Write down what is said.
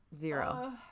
Zero